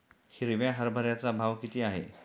हिरव्या हरभऱ्याचा भाव किती आहे?